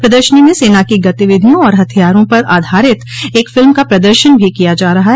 प्रदर्शनी में सेना की गतिविधियों और हथियारों पर आधारित एक फिल्म का प्रदर्शन भी किया जा रहा ह